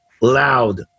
loud